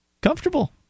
comfortable